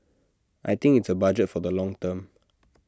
I think it's A budget for the long term